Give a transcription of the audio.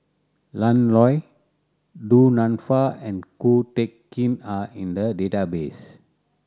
Lan Loy Du Nanfa and Ko Teck Kin are in the database